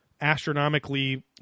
astronomically